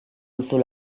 duzue